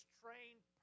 trained